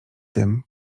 tym